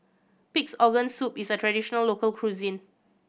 Pig's Organ Soup is a traditional local cuisine